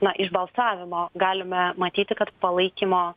na iš balsavimo galime matyti kad palaikymo